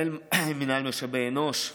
מינהל משאבי אנוש,